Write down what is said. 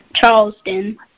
Charleston